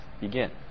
begin